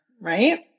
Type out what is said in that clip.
right